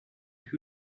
who